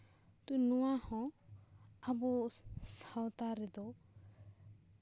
ᱛᱚ ᱱᱚᱣᱟᱦᱚᱸ ᱟᱵᱚ ᱥᱟᱶᱛᱟ ᱨᱮᱫᱚ